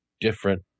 different